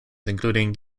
including